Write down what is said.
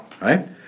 Right